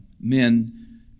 men